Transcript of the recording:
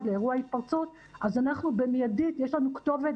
לאירוע התפרצות במיידית יש לנו כתובת,